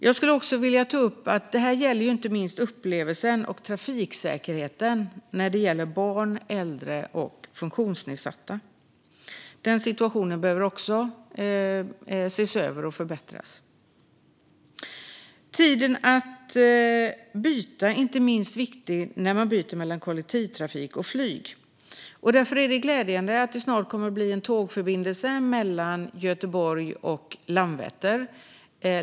Detta handlar inte minst om upplevelsen och trafiksäkerheten för barn, äldre och funktionsnedsatta. Den situationen behöver också ses över och förbättras. Den tid det tar att byta är inte minst viktig när man byter mellan kollektivtrafik och flyg. Därför är det glädjande att det snart kommer att bli en tågförbindelse mellan Göteborg och Landvetter.